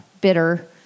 bitter